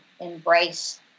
embrace